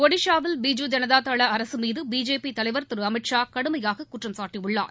ஒடிசாவில் பிஜூ ஜனதா தள அரசு மீது பிஜேபி தலைவர் திரு அமித் ஷா கடுமையாக குற்றம் சாட்டியுள்ளார்